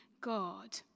God